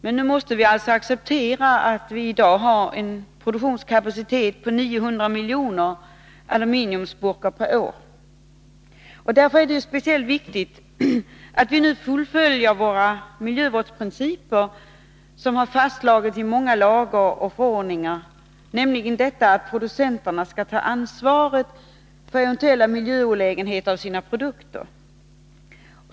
Men vi måste nu acceptera att vi har en produktionskapacitet på 900 miljoner aluminiumburkar per år i Sverige. Det är i detta läge speciellt viktigt att fullfölja den miljövårdsprincip som har fastslagits i många lagar och förordningar, nämligen att producenter skall ta ansvaret för eventuella miljöolägenheter av sina produkter.